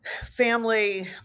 family